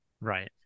Right